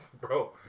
Bro